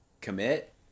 Commit